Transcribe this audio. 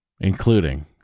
including